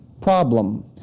problem